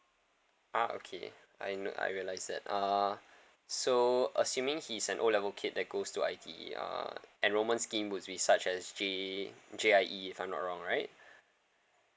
ah okay I no~ I realise that uh so assuming he's an o level kid that goes to I_T_E uh enrollment scheme would be such as J~ J_I_E if I'm not wrong right